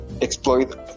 exploit